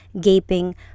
gaping